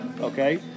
Okay